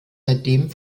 seitdem